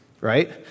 right